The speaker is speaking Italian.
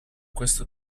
questo